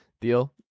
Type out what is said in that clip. deal